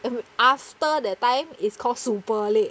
and after that time is called super late